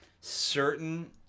certain